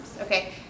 okay